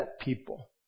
people